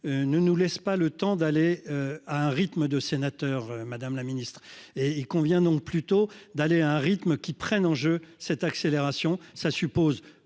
ne nous laisse pas le temps d'aller à un rythme de sénateur, madame la Ministre et il convient donc plutôt d'aller à un rythme qui prennent en jeu cette accélération,